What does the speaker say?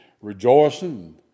rejoicing